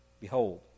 Behold